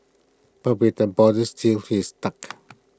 but with the borders sealed he is stuck